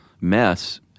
mess